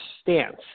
stance